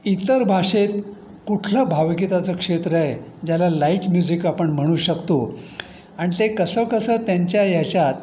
इतर भाषेत कुठलं भावगीताचं क्षेत्र आहे ज्याला लाईट म्युझिक आपण म्हणू शकतो आणि ते कसं कसं त्यांच्या याच्यात